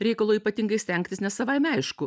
reikalo ypatingai stengtis nes savaime aišku